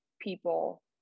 people